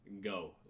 go